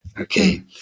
Okay